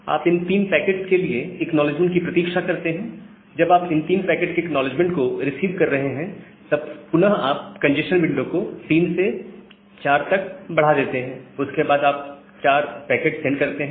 आप इन 3 पैकेट के लिए एक्नॉलेजमेंट की प्रतीक्षा करते हैं और जब आप इन 3 पैकेट के एक्नॉलेजमेंट को रिसीव कर रहे हैं तब पुनः आप कंजेस्शन विंडो को 3 से 4 तक बढ़ा देते हैं और उसके बाद आप 4 पैकेट सेंड करते हैं